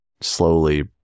slowly